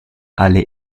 alle